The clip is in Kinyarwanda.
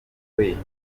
bombi